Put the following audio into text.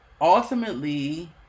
ultimately